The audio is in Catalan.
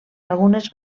algunes